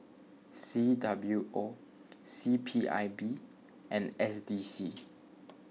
C W O C P I B and S D C